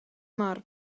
mor